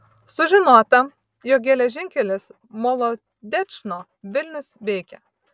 sužinota jog geležinkelis molodečno vilnius veikia